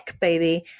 Baby